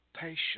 patience